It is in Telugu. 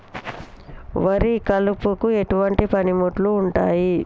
వరి కలుపుకు ఎటువంటి పనిముట్లు ఉంటాయి?